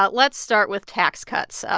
but let's start with tax cuts, so